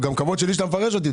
גם כבוד שלי שאתה מפרש אותי.